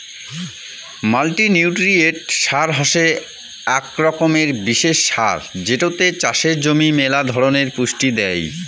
multinutrient সার হসে আক রকমের বিশেষ সার যেটোতে চাষের জমি মেলা ধরণের পুষ্টি দেই